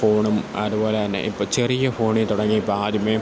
ഫോണും അതുപോലെതന്നെ ഇപ്പോള് ചെറിയ ഫോണില് തുടങ്ങി ഇപ്പാദ്യമേ